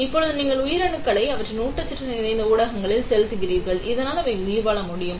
இப்போது நீங்கள் உயிரணுக்களை அவற்றின் ஊட்டச்சத்து நிறைந்த ஊடகங்களில் செலுத்துவீர்கள் இதனால் அவை உயிர்வாழ முடியும்